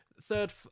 third